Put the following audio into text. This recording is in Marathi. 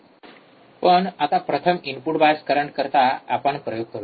पण आता प्रथम इनपुट बायस करंट करीता आपण प्रयोग करूया